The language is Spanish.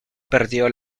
perdió